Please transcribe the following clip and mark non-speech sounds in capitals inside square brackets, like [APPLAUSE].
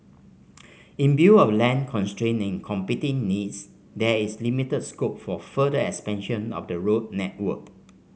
in view of land [UNINTELLIGIBLE] competing needs there is limited scope for further expansion of the road network